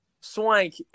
Swank